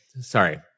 Sorry